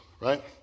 right